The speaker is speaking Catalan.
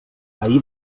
ahir